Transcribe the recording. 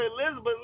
Elizabeth